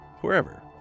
wherever